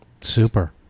Super